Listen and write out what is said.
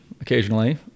occasionally